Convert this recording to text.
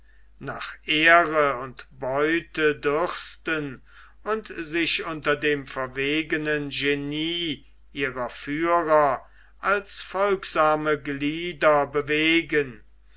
nach ehre und beute dürsten und sich unter dem verwegenen genie ihrer führer als folgsame glieder bewegen